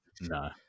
no